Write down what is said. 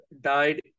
died